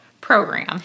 program